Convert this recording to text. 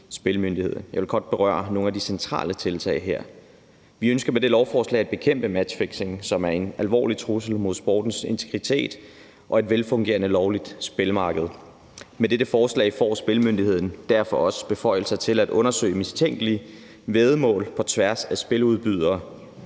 Jeg vil godt berøre nogle af de centrale tiltag her. Med det her forslag ønsker vi at bekæmpe matchfixing, som er en alvorlig trussel mod sportens integritet og et velfungerende lovligt spilmarked. Med dette forslag får Spillemyndigheden også beføjelser til at undersøge mistænkelige væddemål på tværs af spiludbydere